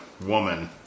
Woman